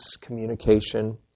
communication